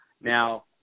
Now